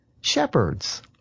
shepherds